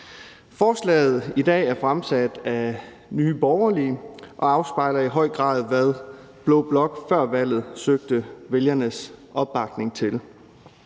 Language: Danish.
behandler i dag, er fremsat af Nye Borgerlige og afspejler i høj grad, hvad blå blok før valget søgte vælgernes opbakning til.